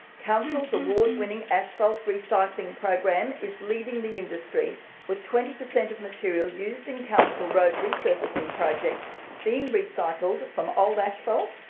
council's award-winning asphalt recycling program is leading the industry with twenty percent of material used in council road resurfacing projects being recycled from old asphalt,